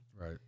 Right